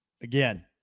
again